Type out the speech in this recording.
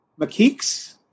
mckeeks